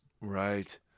Right